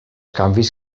canvis